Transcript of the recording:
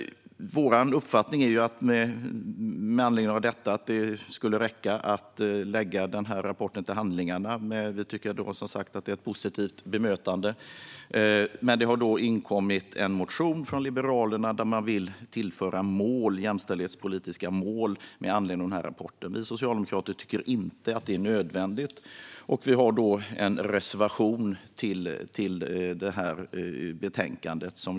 Vår uppfattning är att det med anledning av detta skulle räcka att lägga rapporten till handlingarna. Det är som sagt ett positivt bemötande. Men Liberalerna har inkommit med en motion. De vill tillföra jämställdhetspolitiska mål med anledning av rapporten. Vi socialdemokrater tycker inte att det är nödvändigt. Vi har därför en reservation i betänkandet.